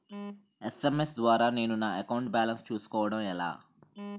SMS ద్వారా నేను నా అకౌంట్ బాలన్స్ చూసుకోవడం ఎలా?